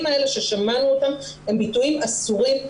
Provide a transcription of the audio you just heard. האלה ששמענו אותם הם ביטויים אסורים,